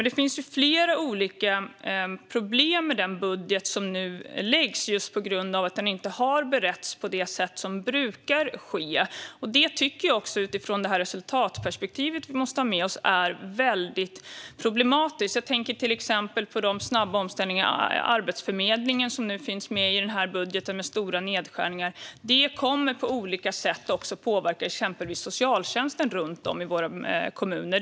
Det finns flera olika problem med den budget som nu läggs fram på grund av att den inte har beretts på det sätt som brukar ske. Detta tycker jag, utifrån det resultatperspektiv vi måste ha med oss, är väldigt problematiskt. Jag tänker till exempel på de snabba omställningar av till exempel Arbetsförmedlingen som nu finns med i budgeten, med stora nedskärningar. Detta kommer på olika sätt att påverka exempelvis socialtjänsten runt om i våra kommuner.